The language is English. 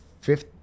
fifth